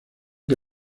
que